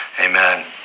Amen